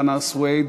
חנא סוייד,